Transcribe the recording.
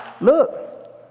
look